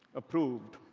approved.